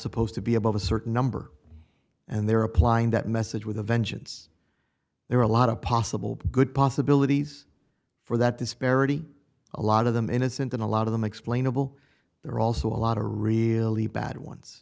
supposed to be above a certain number and they're applying that message with a vengeance there are a lot of possible good possibilities for that disparity a lot of them innocent and a lot of them explainable there are also a lot of really bad ones